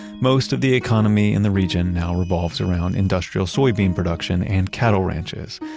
most of the economy in the region now revolves around industrial soybean production and cattle ranches.